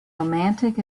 romantic